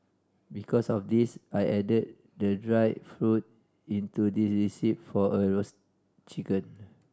because of this I added the dried fruit into this recipe for a roast chicken